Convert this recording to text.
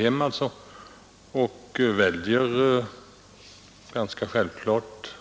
Han väljer ganska självklart